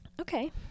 Okay